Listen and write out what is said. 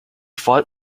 fought